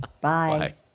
Bye